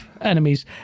enemies